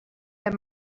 der